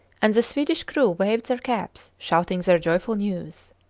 and the swedish crew waved their caps, shouting their joyful news.